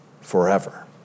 forever